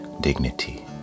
dignity